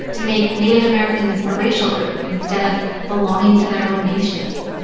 to make native americans a racial group instead of belonging to their own nations.